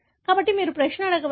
కాబట్టి మీరు ప్రశ్న అడగవచ్చు